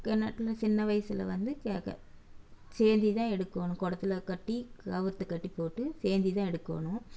கிணத்துல சின்ன வயசில் வந்து சேந்திதான் எடுக்கணும் குடத்துல கட்டி கயித்த கட்டிப்போட்டு சேந்திதான் எடுக்கணும்